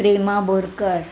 Prema Borkar